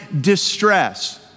distress